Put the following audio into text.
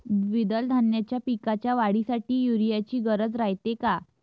द्विदल धान्याच्या पिकाच्या वाढीसाठी यूरिया ची गरज रायते का?